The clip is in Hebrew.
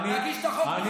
ולהגיש את החוק הזה בכלל,